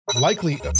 likely